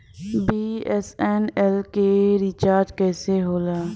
BSNL के recharge कैसे होयी?